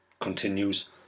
continues